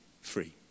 free